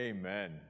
Amen